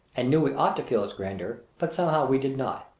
and knew we ought to feel its grandeur, but somehow we did not.